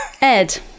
Ed